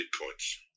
points